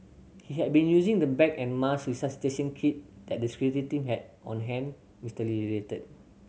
he had been using the bag and mask resuscitation kit that the security team had on hand Mister Lee related